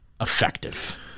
effective